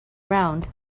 round